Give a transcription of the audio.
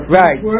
right